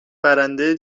برنده